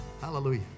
Hallelujah